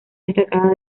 destacadas